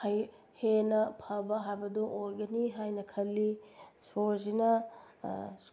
ꯍꯩ ꯍꯦꯟꯅ ꯐꯕ ꯍꯥꯏꯕꯗꯨ ꯑꯣꯏꯒꯅꯤ ꯍꯥꯏꯅ ꯈꯜꯂꯤ ꯁꯣꯔꯁꯤꯅ